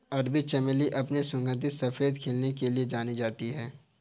अरबी चमेली अपने सुगंधित सफेद खिलने के लिए जानी जाती है